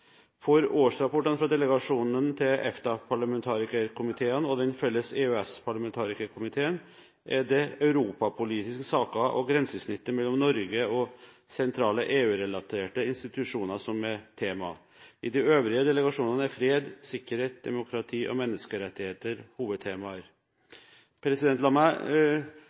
For årsrapportene fra delegasjonen til EFTA-parlamentarikerkomiteene og Den felles EØS-parlamentarikerkomiteen er det europapolitiske saker og grensesnittet mellom Norge og sentrale EU-relaterte institusjoner som er tema. I de øvrige delegasjonene er fred, sikkerhet, demokrati og menneskerettigheter hovedtemaer. La meg